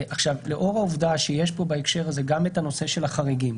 לאור העובדה שיש כאן בהקשר הזה גם את הנושא של החריגים,